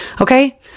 okay